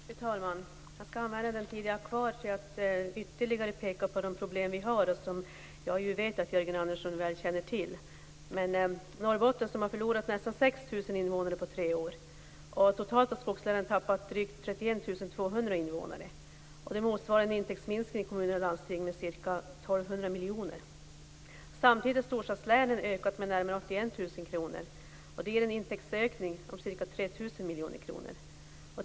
Fru talman! Jag skall använda den taletid som jag har kvar till att ytterligare peka på de problem som vi har och som jag vet att Jörgen Andersson väl känner till. Norrbotten har förlorat nästan 6 000 invånare på tre år. Totalt har skogslänen tappat drygt 31 200 invånare. Det motsvarar en intäktsminskning för kommuner och landsting om ca 1 200 miljoner. Samtidigt har storstadslänen ökat med närmare 81 000 personer, och det ger en intäktsökning om ca 3 000 miljoner kronor.